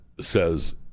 says